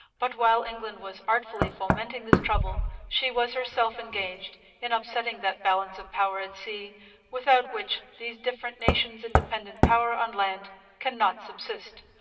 but while england was artfully fomenting this trouble she was herself engaged in upsetting that balance of power at sea without which these different nations' independent power on land cannot subsist.